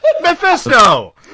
Mephisto